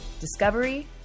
discovery